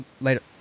Later